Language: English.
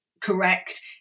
correct